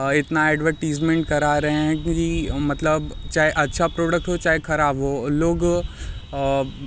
इतना ऐडवर्टीज़मेंट करा रहे हैं कि मतलब चाहे अच्छा प्रोडक्ट हो चाहे खराब हो लोग